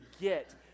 get